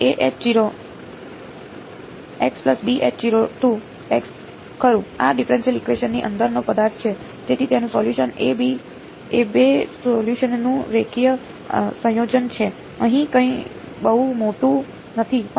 તો ખરું આ ડિફરેનશીયલ ઇકવેશન ની અંદરનો પદાર્થ છે તેથી તેનું સોલ્યુશન એ બે સોલ્યુસનનું રેખીય સંયોજન છે અહીં કંઈ બહુ મોટું નથી